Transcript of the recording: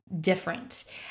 different